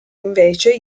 invece